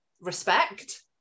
respect